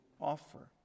offer